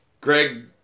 Greg